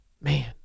Man